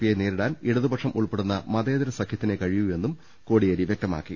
പിയെ നേരിടാൻ ഇടതുപക്ഷം ഉൾപ്പെടുന്ന മതേതര സഖ്യത്തിനേ കഴിയൂ എന്നും കോടിയേരി വ്യക്തമാക്കി